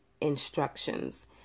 instructions